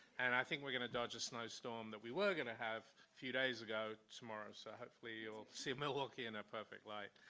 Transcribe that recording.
and i think we're gonna dodge a snowstorm that we were gonna have, a few days ago, tomorrow. so hopefully, you'll see milwaukee in a perfect light.